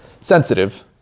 sensitive